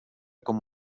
com